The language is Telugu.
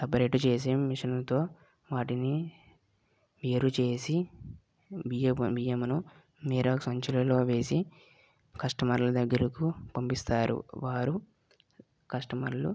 సపరేట్ చేసి మిషన్తో వాటిని వేరు చేసి బియ్యం బియ్యమును వేరే సంచులలో వేసి కస్టమర్ల దగ్గరకు పంపిస్తారు వారు కస్టమర్లు